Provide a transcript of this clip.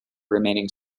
remaining